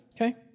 Okay